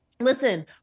Listen